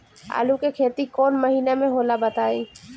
आलू के खेती कौन महीना में होला बताई?